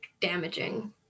damaging